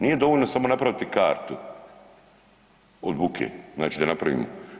Nije dovoljno samo napraviti kartu od buke, znači da napravimo.